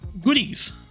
goodies